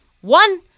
One